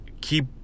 keep